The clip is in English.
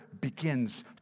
begins